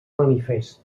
manifest